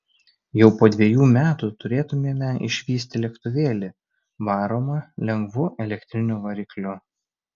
jau po dviejų metų turėtumėme išvysti lėktuvėlį varomą lengvu elektriniu varikliu